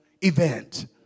event